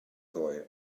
ddoe